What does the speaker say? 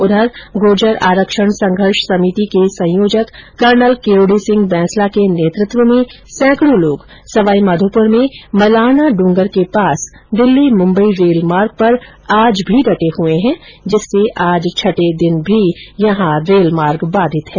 उधर गूर्जर आरक्षण संघर्ष समिति के संयोजक कर्नल किरोडी सिंह बैंसला के नेतृत्व में सैंकडों लोग सवाई माधोपुर में मलारना डूंगर के पास दिल्ली मुंबई रेल मार्ग पर आज भी डटे हुए है जिससे आज छठे दिन भी रेल मार्ग बाधित है